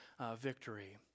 victory